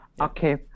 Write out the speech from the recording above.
Okay